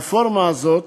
הרפורמה הזאת,